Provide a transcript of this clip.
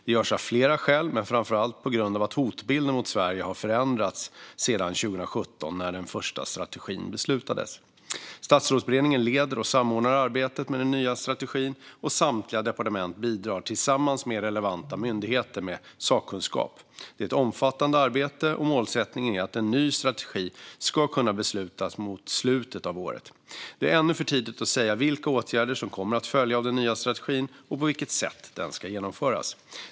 Det görs av flera skäl men framför allt på grund av att hotbilden mot Sverige har förändrats sedan 2017 när den första strategin beslutades. Statsrådsberedningen leder och samordnar arbetet med den nya strategin, och samtliga departement bidrar, tillsammans med relevanta myndigheter, med sakkunskap. Det är ett omfattande arbete, och målsättningen är att en ny strategi ska kunna beslutas mot slutet av året. Det är ännu för tidigt att säga vilka åtgärder som kommer att följa av den nya strategin och på vilket sätt den ska genomföras.